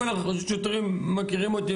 כל השוטרים מכירים אותי,